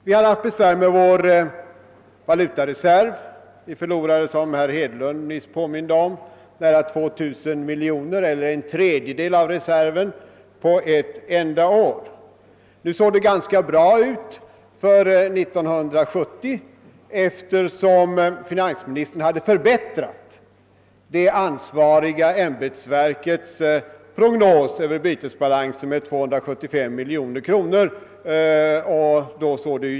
Vi hade haft besvär med vår valutareserv; så som herr Hedlund nyss påminde om, förlorade vi 2000 miljoner kronor eller en tredjedel av reserven på ett enda år. Det såg emellertid ganska bra ut för 1970 eftersom finansministern hade förbättrat det ansvariga ämbetsverkets bytesbalans med 275 miljoner kronor.